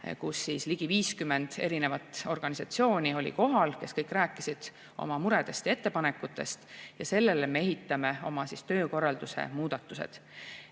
oli ligi 50 erinevat organisatsiooni, kes kõik rääkisid oma muredest ja ettepanekutest, ja sellele me ehitame oma töökorralduse muudatused.